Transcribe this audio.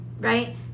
right